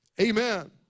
Amen